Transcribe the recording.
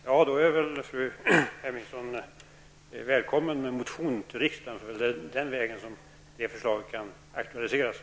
Herr talman! Fru Hemmingsson är välkommen att väcka en motion till riksdagen. Det är den vägen som förslaget kan aktualiseras.